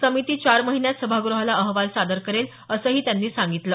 समिती चार महिन्यात सभागृहाला अहवाल सादर करेल असंही त्यांनी सांगितलं